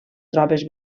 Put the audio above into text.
tropes